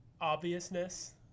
obviousness